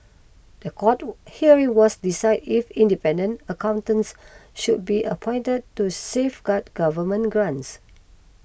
the court hearing was decide if independent accountants should be appointed to safeguard government grants